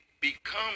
become